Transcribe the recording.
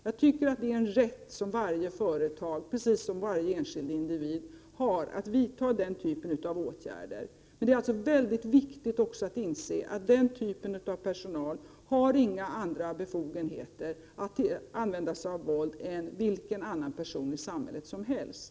Jag anser det vara en rättighet för varje företag — precis som för varje enskild individ — att vidta den typen av åtgärder. således är det också viktigt att man är medveten om att den typen av personal inte har några andra befogenheter att bruka våld än vilken annan person som helst i samhället.